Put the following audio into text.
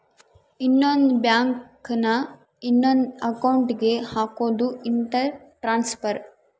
ಇನ್ನೊಂದ್ ಬ್ಯಾಂಕ್ ನ ಇನೊಂದ್ ಅಕೌಂಟ್ ಗೆ ಹಕೋದು ಇಂಟರ್ ಟ್ರಾನ್ಸ್ಫರ್